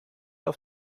auf